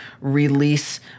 release